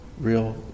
real